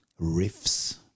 riffs